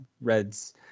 Reds